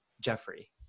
Jeffrey